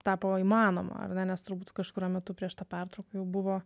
tapo įmanoma ar ne nes turbūt kažkuriuo metu prieš tą pertrauką jau buvo